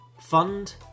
fund